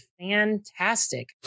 fantastic